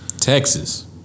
Texas